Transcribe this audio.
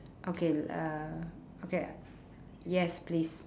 okay uh okay uh yes please